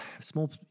small